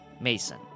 Mason